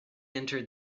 entered